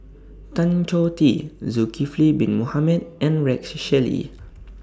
Tan Choh Tee Zulkifli Bin Mohamed and Rex Shelley